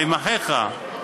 אחיך?